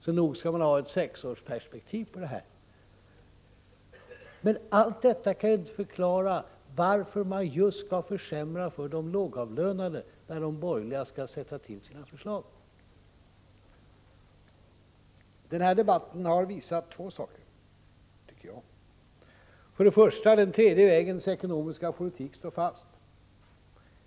Så nog skall man ha ett sexårsperspektiv på detta! Men allt detta kan inte förklara varför de borgerliga just skall försämra för de lågavlönade med sina förslag. Den här debatten har visat två saker. För det första: Den tredje vägens ekonomiska politik står fast.